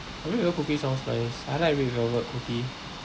red velvet cookies sounds nice I like red velvet cookie